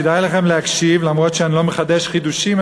כדאי לכם להקשיב אף שאני לא מחדש חידושים,